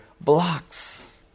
blocks